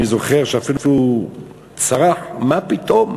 אני זוכר שהוא אפילו צרח: מה פתאום?